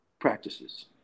practices